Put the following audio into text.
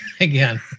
again